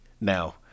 Now